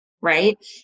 right